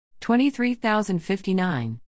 23,059